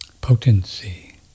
Potency